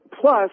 plus